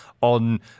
on